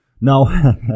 Now